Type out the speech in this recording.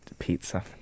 pizza